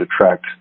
attract